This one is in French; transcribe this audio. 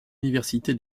université